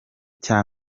cya